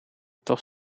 toch